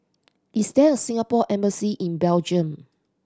is there a Singapore Embassy in Belgium